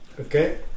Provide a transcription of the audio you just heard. Okay